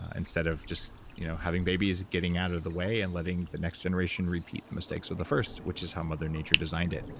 instead of just you know having babies, getting out of the way and letting the next generation repeat the mistakes of the first, which is how mother nature designed it.